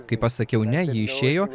kai pasakiau ne ji išėjo